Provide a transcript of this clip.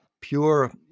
pure